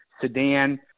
sedan